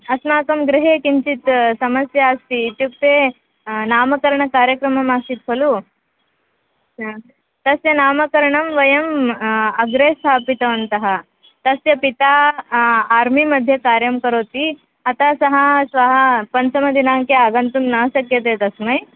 अस्माकं गृहे किञ्चित् समस्या अस्ति इत्युक्ते नामकरणकार्यक्रमः आसीत् खलु हा तस्य नामकरणं वयम् अग्रे स्थापितवन्तः तस्य पिता आर्मिमध्ये कार्यं करोति अतः सः श्वः पञ्चमदिनाङ्के आगन्तुं न शक्यते तस्मै